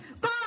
Bye